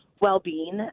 well-being